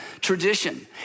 tradition